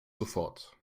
sofort